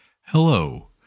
Hello